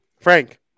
Frank